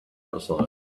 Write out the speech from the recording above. outside